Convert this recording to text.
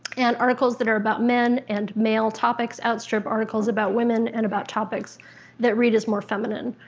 and articles that are about men and male topics outstrip articles about women and about topics that read as more feminine.